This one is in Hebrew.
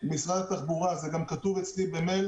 משרד התחבורה זה גם כתוב אצלי במייל